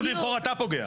בזכות לבחור אתה פוגע.